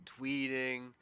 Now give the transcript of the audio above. tweeting